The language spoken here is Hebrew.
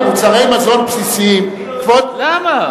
מוצרי מזון בסיסיים, למה?